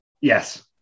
Yes